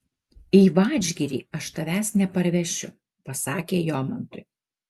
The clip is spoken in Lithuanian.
į vadžgirį aš tavęs neparvešiu pasakė jomantui